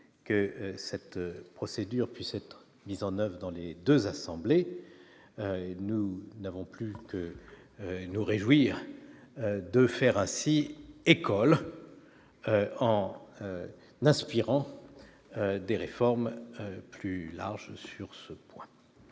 que cette procédure puissent être mises en oeuvre dans les 2 assemblées, nous n'avons plus que nous réjouir de Ferraci école en n'aspirant des réformes plus larges sur ce point,